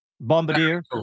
bombardier